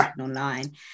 online